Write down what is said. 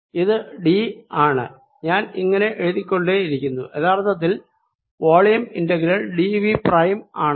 ഇത് d ആണ് ഞാൻ ഇത് ഇങ്ങനെ എഴുതിക്കൊണ്ടേയിരിക്കുന്നു ഇത് യഥാർത്ഥത്തിൽ volume integral d V prime ആണ്